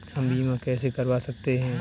हम बीमा कैसे करवा सकते हैं?